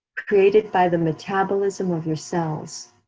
created by the metabolism of yourselves,